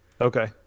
Okay